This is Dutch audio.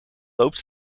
loopt